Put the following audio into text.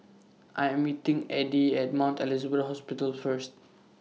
I Am meeting Addie At Mount Elizabeth Hospital First